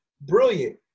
Brilliant